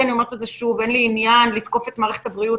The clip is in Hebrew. אין לי עניין לתקוף את מערכת הבריאות.